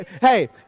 Hey